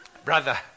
Brother